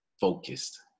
focused